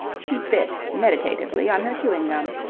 she bit meditatively on her chewing-gum.